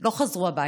לא חזרו הביתה,